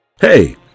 Hey